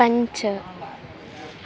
पञ्च